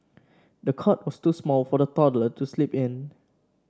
the cot was too small for the toddler to sleep in